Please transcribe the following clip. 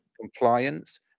compliance